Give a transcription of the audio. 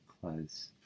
close